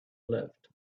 lived